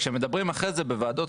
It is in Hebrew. כשמדברים בוועדות,